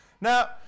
Now